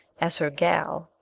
as her gal,